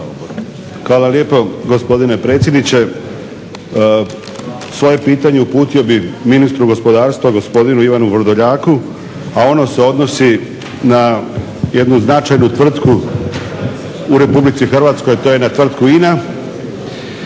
Hvala lijepo gospodine predsjedniče. Svoje pitanje uputio bih ministru gospodarstva gospodinu Ivanu Vrdoljaku, a ono se odnosi na jednu značajnu tvrtku u RH, to je tvrtka INA.